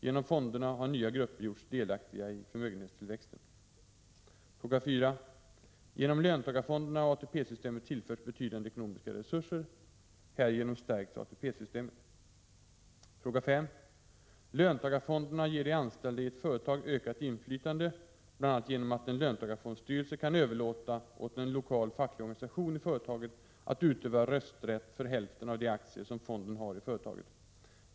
Genom fonderna har nya grupper gjorts delaktiga i förmögenhetstillväxten. Fråga 4: Genom löntagarfonderna har ATP-systemet tillförts betydande ekonomiska resurser. Härigenom stärks ATP-systemet. Fråga 5: Löntagarfonderna ger de anställda i ett företag ökat inflytande bl.a. genom att en löntagarfondsstyrelse kan överlåta åt en lokal facklig organisation i företaget att utöva rösträtt för hälften av de aktier som fonden hari företaget.